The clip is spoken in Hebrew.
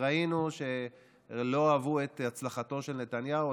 ראינו שלא אהבו את הצלחתו של נתניהו,